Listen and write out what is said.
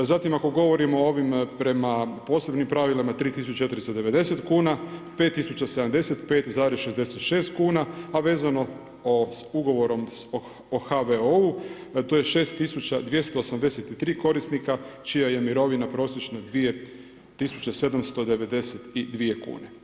Zatim ako govorimo o ovim prema posebnim pravilima 3490 kuna, 5075,66 kuna a vezano s ugovorom o HVO-u to je 6283 korisnika čija je mirovina prosječna 2792 kune.